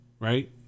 Right